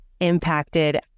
impacted